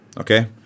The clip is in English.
okay